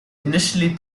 initially